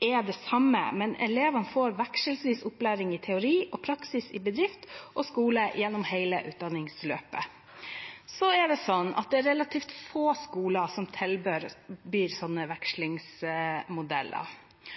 er det samme, men elevene får vekselsvis opplæring i teori og praksis i bedrift og skole gjennom hele utdanningsløpet. Så er det relativt få skoler som tilbyr slike vekslingsmodeller, og noe av årsaken kan være økte kostnader. Mener ministeren at vekslingsmodellen er